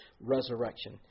resurrection